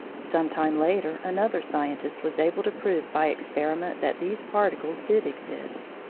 some time later another scientist was able to prove by experiment that these particles did exist.